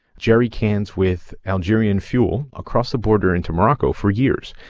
jerry cans with algerian fuel across the border into morocco for years.